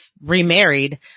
remarried